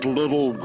little